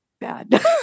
bad